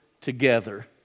together